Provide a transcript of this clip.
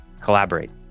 collaborate